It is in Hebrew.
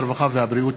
הרווחה והבריאות.